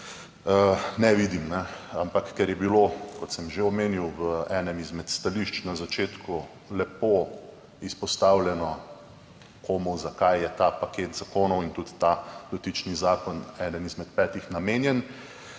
ne vidim. Ampak ker je bilo, kot sem že omenil, v enem izmed stališč na začetku lepo izpostavljeno, komu, zakaj je ta paket zakonov in tudi ta dotični zakon, eden izmed petih, namenjen,